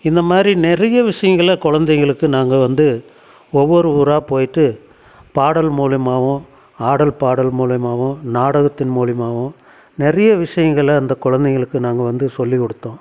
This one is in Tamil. இந்த மாதிரி நிறைய விஷயங்கள குழந்தைகளுக்கு நாங்கள் வந்து ஒவ்வொரு ஊரா போயிட்டு பாடல் மூலிமாவும் ஆடல் பாடல் மூலிமாவும் நாடகத்தின் மூலிமாவும் நிறைய விஷயங்கள அந்த குழந்தைங்களுக்கு நாங்கள் வந்து சொல்லி கொடுத்தோம்